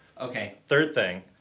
okay. third thing